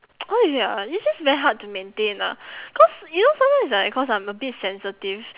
how you say ah it's just very hard to maintain ah cause you know sometimes right cause I'm a bit sensitive